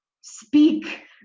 speak